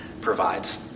provides